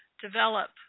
develop